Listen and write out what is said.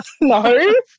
No